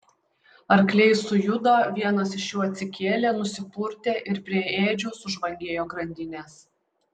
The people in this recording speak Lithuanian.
arkliai sujudo vienas iš jų atsikėlė nusipurtė ir prie ėdžių sužvangėjo grandinės